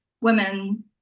women